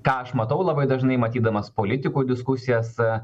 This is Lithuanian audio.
ką aš matau labai dažnai matydamas politikų diskusijas